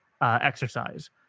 exercise